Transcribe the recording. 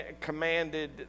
commanded